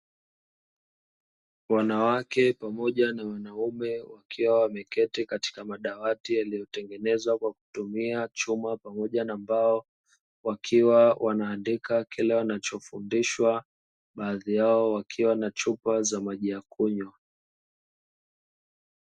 Wanawake pamoja na wanaume wakiwa wameketi katika madawati yaliyotengenezwa kwa kutumia chuma pamoja na mbao. Wakiwa wanaandika kila wanachofundishwa, baadhi yao wakiwa na chupa za maji ya kunywa.